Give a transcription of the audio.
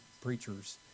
preachers